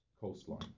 coastline